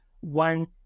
one